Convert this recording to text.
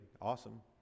Awesome